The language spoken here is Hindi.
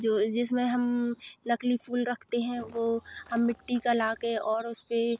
जो जिसमें हम नकली फूल रखते हैं वो हम मिट्टी का लाके और उसपे